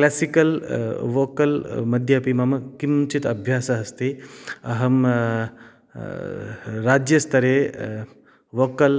classical vocal मध्येऽपि मम किञ्चित् अभ्यासः अस्ति अहं राज्यस्तरे वोकल्